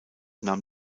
nahm